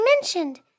mentioned